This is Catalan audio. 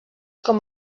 com